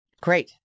Great